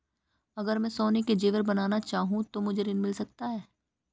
अगर मैं सोने के ज़ेवर बनाना चाहूं तो मुझे ऋण मिल सकता है?